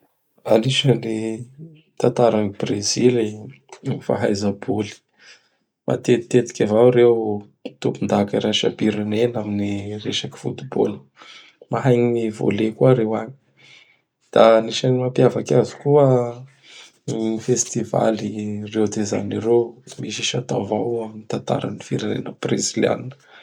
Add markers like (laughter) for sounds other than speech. (noise) Anisan'ny tatar'i Brezily (noise) gny fahaiza bôly. (noise) Matetiteky avao reo (noise) tompon-daka iraisa-pirenena amin'ny resaky Foot-Ball. (noise) Mahay gn Volley koa reo agny. (noise) Da agnisany mapiavaky azy koa (noise) gny festivaly Rio de Janerio, misy isa-tao avao io am tatara-pirenen'i Brezilianina.